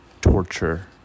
torture